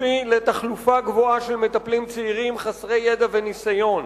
תביא לתחלופה גבוהה של מטפלים צעירים חסרי ידע וניסיון.